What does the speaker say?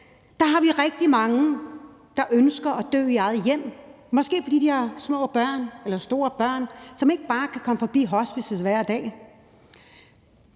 min plads, rigtig mange, der ønsker at dø i eget hjem og måske ønsker det, fordi de har små børn eller store børn, som ikke bare kan komme forbi hospicet hver dag.